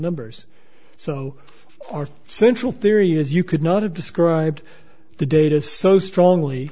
numbers so our central theory is you could not have described the data so strongly